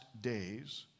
days